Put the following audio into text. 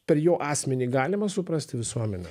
per jo asmenį galima suprasti visuomenę